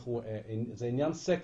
זה עניין סקסי.